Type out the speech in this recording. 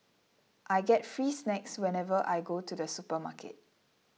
I get free snacks whenever I go to the supermarket